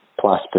plus